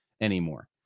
anymore